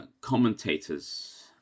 commentators